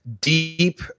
deep